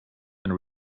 and